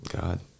God